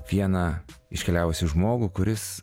vieną iškeliavusį žmogų kuris